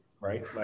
right